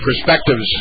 perspectives